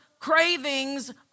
cravings